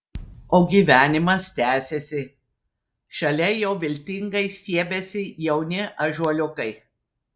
o gyvenimas tęsiasi šalia jau viltingai stiebiasi jauni ąžuoliukai